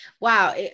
Wow